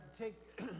take